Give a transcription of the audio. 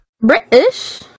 British